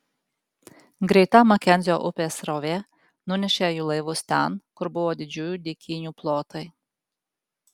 greita makenzio upės srovė nunešė jų laivus ten kur buvo didžiųjų dykynių plotai